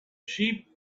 sheep